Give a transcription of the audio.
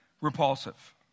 Repulsive